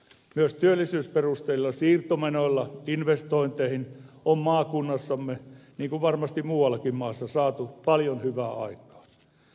myös työllisyysperusteisilla siirtomenoilla investointeihin on maakunnassamme niin kuin varmasti muuallakin maassa saatu paljon hyvää aikaan